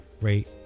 rate